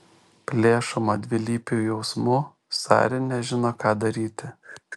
plėšoma dvilypių jausmų sari nežino ką daryti